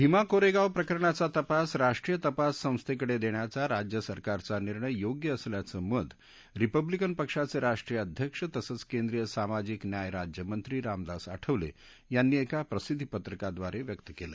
भिमा कोरेगाव प्रकरणाचा तपास राष्ट्रीय तपास संस्थेकडे देण्याचा राज्य सरकारचा निर्णय योग्य असल्याचं मत रिपब्लिकन पक्षाचे राष्ट्रीय अध्यक्ष तसंच केंद्रीय सामाजिक न्याय राज्यमंत्री रामदास आठवले यांनी एका प्रसिद्दी पत्रकात व्यक्त केलं